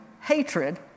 hatred